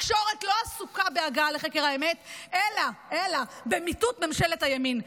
התקשורת לא עסוקה בהגעה לחקר האמת אלא במיטוט ממשלת הימין.